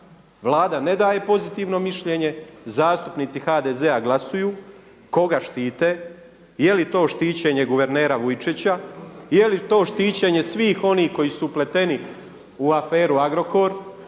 Vlada ne daje pozitivno mišljenje, zastupnici HDZ-a glasuju koga štite. Je li to štićenje guvernera Vujčića? Je li to štićenje svih onih koji su upleteni u aferu Agrokor?